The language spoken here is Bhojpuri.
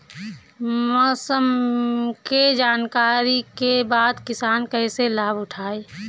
मौसम के जानकरी के बाद किसान कैसे लाभ उठाएं?